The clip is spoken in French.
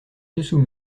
dessous